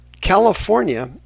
California